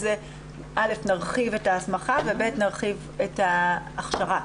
נרחיב את ההסמכה ונרחיב את ההכשרה.